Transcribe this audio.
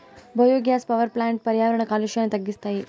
biogas power ప్లాంట్లు పర్యావరణ కాలుష్యాన్ని తగ్గిస్తాయి